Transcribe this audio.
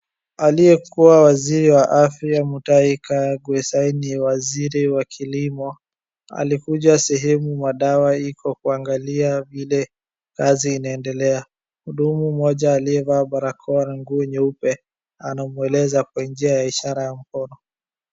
Aliyekuwa waziri wa afya Mutahi Kagwe sai ni waziri wa kilimo. Alikuja sehemu madawa iko kuangalia vile kazi inanendelea. Mhudumu mmoja aliyevaa barakoa na nguo nyeupe anamweleza hapo kwa njia ya ishara ya mkono.